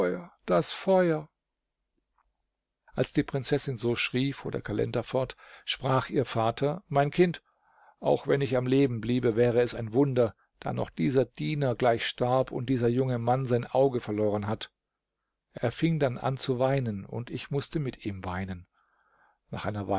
das feuer als die prinzessin so schrie fuhr der kalender fort sprach ihr vater mein kind auch wenn ich am leben bliebe wäre es ein wunder da doch dieser diener gleich starb und dieser junge mann sein auge verloren hat er fing dann an zu weinen und ich mußte mit ihm weinen nach einer